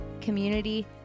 community